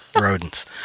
Rodents